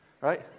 right